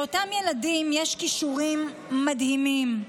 לאותם ילדים יש כישורים מדהימים,